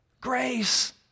Grace